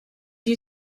you